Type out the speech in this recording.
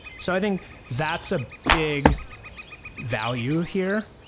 so i think that's a big value here.